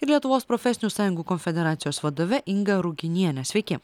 ir lietuvos profesinių sąjungų konfederacijos vadove inga ruginiene sveiki